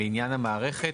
לעניין המערכת.